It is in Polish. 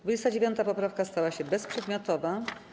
29. poprawka stała się bezprzedmiotowa.